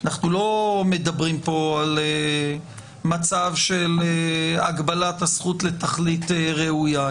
אנחנו לא מדברים כאן על מצב של הגבלת הזכות לתכלית ראויה.